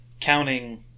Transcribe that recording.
counting